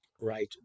Right